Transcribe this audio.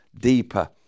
deeper